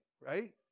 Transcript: right